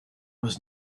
was